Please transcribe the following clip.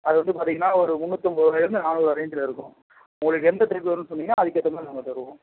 அது வந்து பார்த்தீங்கன்னா ஒரு முந்நூத்தம்பதுலேருந்து நானூறுபா ரேஞ்சில் இருக்கும் உங்களுக்கு எந்த தேக்கு வேணும்னு சொன்னீங்கன்னா அதுக்கேற்ற மாதிரி நாங்க தருவோம்